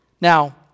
Now